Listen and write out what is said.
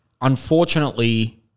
unfortunately